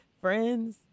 friends